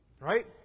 Right